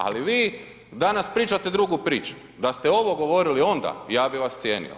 Ali vi danas pričate drugu priču, da ste ovog govorili onda ja bih vas cijenio.